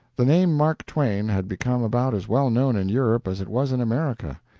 the name mark twain had become about as well known in europe as it was in america.